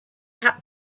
had